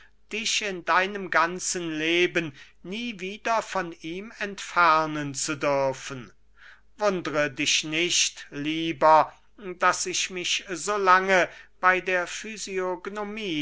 dich in deinem ganzen leben nie wieder von ihm entfernen zu dürfen wundre dich nicht lieber daß ich mich so lange bey der